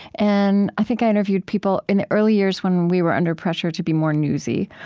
and i think i interviewed people in the early years, when we were under pressure to be more newsy.